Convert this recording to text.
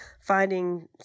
finding